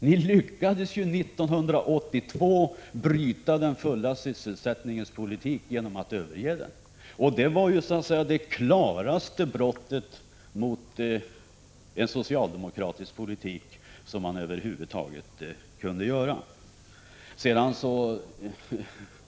Ni lyckades 7 ju 1982 bryta den fulla sysselsättningens politik genom att överge den. Det var det klaraste brottet mot en socialdemokratisk politik som man över huvud taget kunde göra.